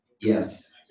Yes